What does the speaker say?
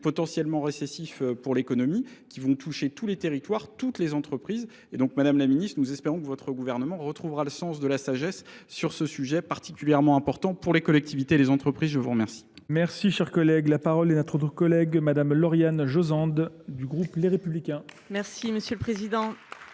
potentiellement récessifs pour l'économie qui vont toucher tous les territoires toutes les entreprises et donc madame la ministre nous espérons que votre gouvernement retrouvera le sens de la sagesse sur ce sujet particulièrement important pour les collectivités et les entreprises je vous remercie merci cher collègue la parole est à notre collègue madame lauriane josande du groupe les républicains merci monsieur le président